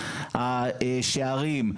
שערים,